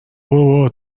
بابا